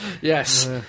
Yes